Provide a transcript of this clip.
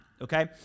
Okay